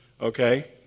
okay